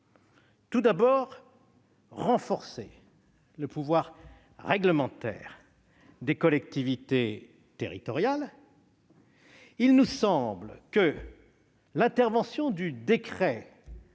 nous voulons renforcer le pouvoir réglementaire des collectivités territoriales. Selon nous, l'intervention du décret